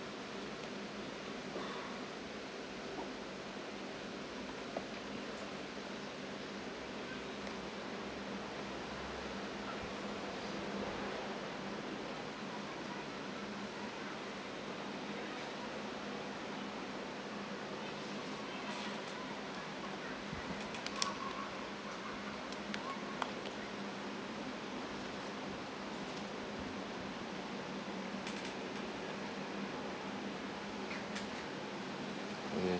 okay